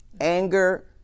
anger